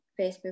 Facebook